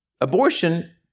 abortion